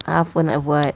ah apa nak buat